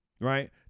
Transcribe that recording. right